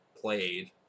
played